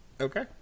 okay